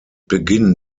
beginn